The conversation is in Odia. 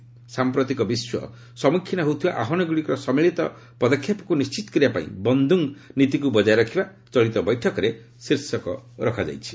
'ସାମ୍ପ୍ରତିକ ବିଶ୍ୱ ସମ୍ମୁଖୀନ ହେଉଥିବା ଆହ୍ୱାନଗୁଡ଼ିକର ସମ୍ମିଳୀତ ପଦକ୍ଷେପକୁ ନିଶ୍ଚିତ କରିବା ପାଇଁ ବନ୍ଦୁଙ୍ଗ୍ ନୀତିକୁ ବଜାୟ ରଖିବା' ଚଳିତ ବୈଠକରେ ଶୀର୍ଷକ ରଖାଯାଇଛି